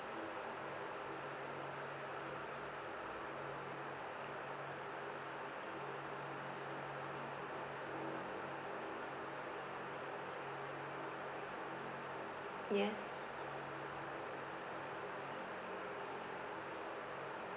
yes